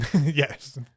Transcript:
Yes